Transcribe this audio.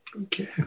Okay